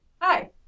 Hi